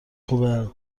خوبه